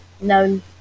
No